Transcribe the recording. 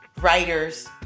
writers